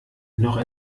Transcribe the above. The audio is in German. noch